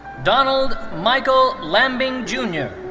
donald michael lambing jr.